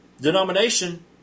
denomination